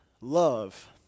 Love